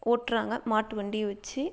ஓட்டுறாங்க மாட்டு வண்டியை வச்சு